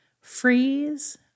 freeze